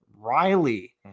Riley